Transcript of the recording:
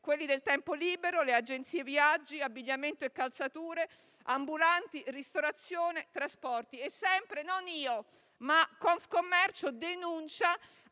quelli del tempo libero, le agenzie viaggi, l'abbigliamento e le calzature, gli ambulanti, la ristorazione, i trasporti. E, ancora una volta, non io, ma Confcommercio denuncia